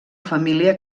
família